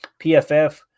PFF –